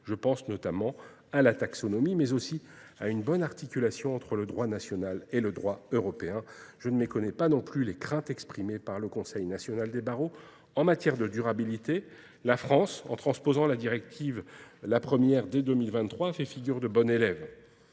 Je pense notamment à la taxonomie, mais aussi à une bonne articulation entre le droit national et le droit européen. Je ne m'y connais pas non plus les craintes exprimées par le Conseil national des barreaux. En matière de durabilité, la France, en transposant la directive la première dès 2023, fait figure de bon élève.